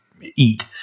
eat